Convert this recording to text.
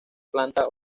planta